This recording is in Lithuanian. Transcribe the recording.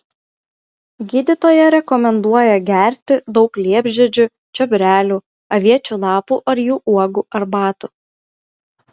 gydytoja rekomenduoja gerti daug liepžiedžių čiobrelių aviečių lapų ar jų uogų arbatų